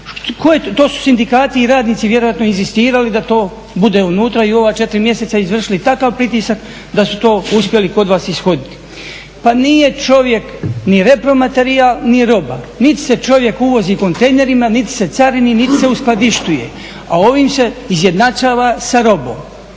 To su sindikati i radnici vjerojatno inzistirali da to bude unutra i ova 4 mjeseca izvršili takav pritisak da su to uspjeli kod vas ishoditi. Pa nije čovjek ni repro materijal ni roba, niti se čovjek uvozi kontejnerima niti se carini niti se uskladištuje, a ovim se izjednačava sa robom.